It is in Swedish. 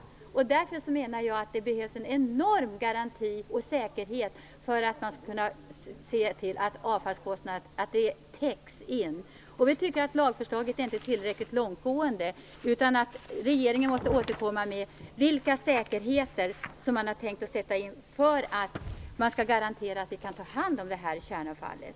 Därför menar jag att det behövs en enorm garanti och säkerhet för att man skall kunna se till att avfallskostnaden täcks in. Vi tycker att lagförslaget inte är tillräckligt långtgående. Regeringen måste återkomma med uppgifter om vilka säkerheter som man har tänkt att sätta in för att garantera att vi kan ta hand om kärnavfallet.